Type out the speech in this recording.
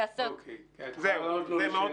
כ-10,000.